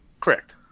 correct